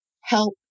help